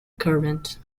current